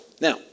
Now